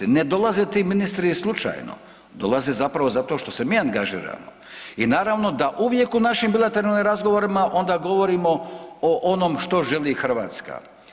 Ne dolaze ti ministri slučajno, dolaze zapravo zato što se mi angažiramo i naravno da uvijek u našim bilateralnim razgovorima onda govorimo o onom što želi Hrvatska.